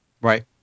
Right